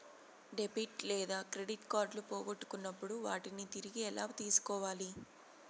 debit లేదా credit కార్డులు పోగొట్టుకున్నప్పుడు వాటిని తిరిగి ఎలా తీసుకోవాలి